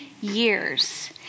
years